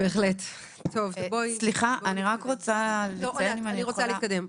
אני רוצה להתקדם.